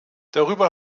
darüber